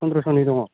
पन्द्र'स'नि दङ